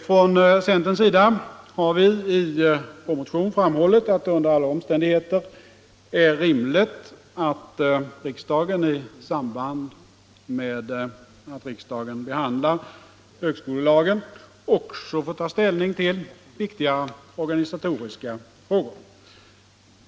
Från centerns sida har vi i vår motion framhållit att det under alla omständigheter är rimligt att riksdagen i samband med att den behandlar högskolelagen också får ta ställning till viktiga organisatoriska frågor.